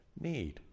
need